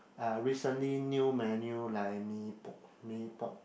a recently new menu like Mee-Pok Mee-Pok